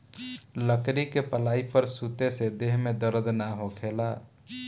लकड़ी के पलाई पर सुते से देह में दर्द ना होखेला